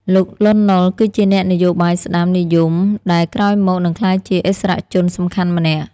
លោក លន់ ណុល គឺជាអ្នកនយោបាយស្ដាំនិយមដែលក្រោយមកនឹងក្លាយជាឥស្សរជនសំខាន់ម្នាក់។